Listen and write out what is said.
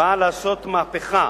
באה לעשות מהפכה